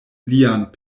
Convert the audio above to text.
lian